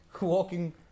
walking